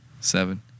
seven